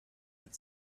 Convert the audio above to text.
had